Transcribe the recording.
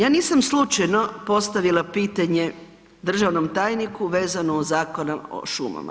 Ja nisam slučajno postavila pitanje državnom tajniku vezano o Zakonu o šumama.